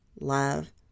love